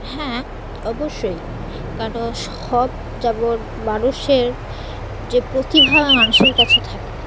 হ্যাঁ অবশ্যই কারণ সব যেমন মানুষের যে প্রতিভা মানুষের কাছে থাকে